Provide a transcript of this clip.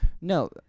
No